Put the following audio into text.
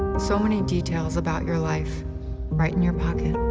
so many details about your life right in your pocket.